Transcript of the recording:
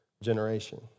generation